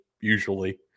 usually